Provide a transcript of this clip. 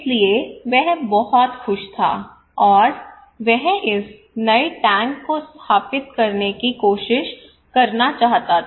इसलिए वह बहुत खुश था और वह इस नए टैंक को स्थापित करने की कोशिश करना चाहता था